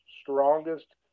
strongest